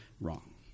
wrong